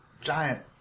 giant